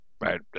right